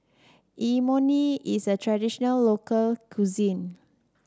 imoni is a traditional local cuisine